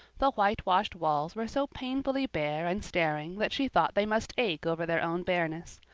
the whitewashed walls were so painfully bare and staring that she thought they must ache over their own bareness.